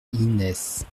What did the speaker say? inès